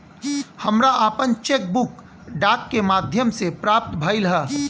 हमरा आपन cheque book डाक के माध्यम से प्राप्त भइल ह